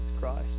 Christ